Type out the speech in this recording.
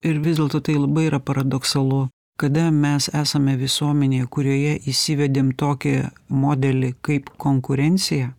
ir vis dėlto tai labai yra paradoksalu kada mes esame visuomenėj kurioje įsivedėm tokį modelį kaip konkurenciją